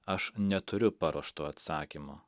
aš neturiu paruošto atsakymo